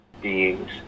beings